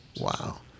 Wow